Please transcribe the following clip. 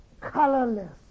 colorless